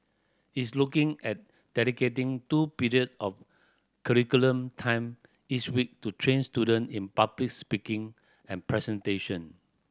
it's looking at dedicating two period of curriculum time each week to train student in public speaking and presentation